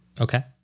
Okay